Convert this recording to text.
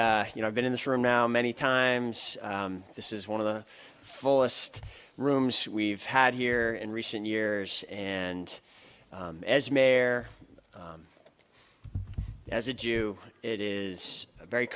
you know i've been in this room now many times this is one of the fullest rooms we've had here in recent years and as mayor as a jew it is very